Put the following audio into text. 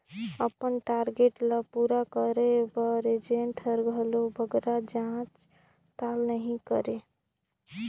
अपन टारगेट ल पूरा करे बर एजेंट हर घलो बगरा जाँच परताल नी करे